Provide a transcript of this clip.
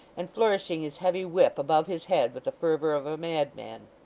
and flourishing his heavy whip above his head with the fervour of a madman.